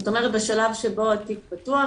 זאת אומרת: בשלב שבו התיק פתוח,